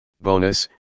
bonus